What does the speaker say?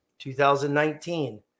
2019